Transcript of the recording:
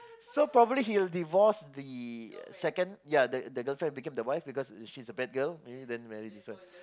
so probably he will divorce the second yeah the girlfriend became the wife because she's the bad girl maybe then marry this one